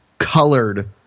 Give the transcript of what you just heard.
colored